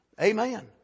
Amen